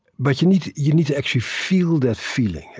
but you need you need to actually feel that feeling.